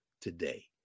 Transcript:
today